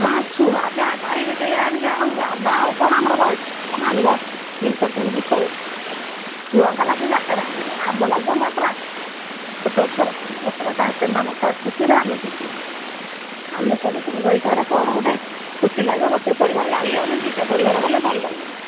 ହଁ ଛୁଆ ଯାହା ଚାହିଁବେ ସେଇ ଆଣିବା ଆଉ ଆମେ ଆଉ କ'ଣ ଆମର ବୟସ ଆଣିବା ଜିନିଷ କିଣିକି ଛୁଆ ଛୁଆଙ୍କ ଲାଗି ଯାତ୍ରା ଆମର ଆମ ଲାଗି କ'ଣ ଯାତ୍ରା ଛୋଟ ଛୁଆ ଯାତ୍ରା ସେମାନେ ଖୁସିରେ ଆମେ ଖୁୁସି ଆମେ ଖାଲି ସାଙ୍ଗରେ କ'ଣ ଗୋଟେ ଖୁସି ଲାଗିବ ଗୋଟେ ପରିବାର ଯାଇ ହେଉନି ଦୁଇ'ଟା ପରିବାର ଗଲେ ଭଲ ଲାଗିବ